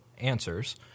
answers